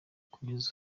kugeza